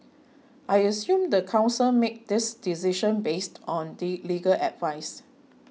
I assume the council made this decision based on the legal advice